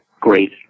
Great